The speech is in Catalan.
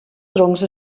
troncs